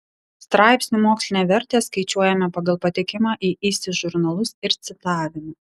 straipsnių mokslinę vertę skaičiuojame pagal patekimą į isi žurnalus ir citavimą